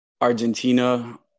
Argentina